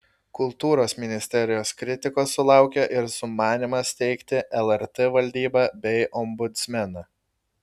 kultūros ministerijos kritikos sulaukė ir sumanymas steigti lrt valdybą bei ombudsmeną